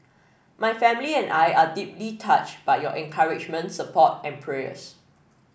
my family and I are deeply touched by your encouragement support and prayers